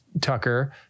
Tucker